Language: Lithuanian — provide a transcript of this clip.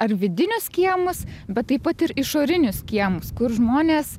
ar vidinius kiemus bet taip pat ir išorinius kiemus kur žmonės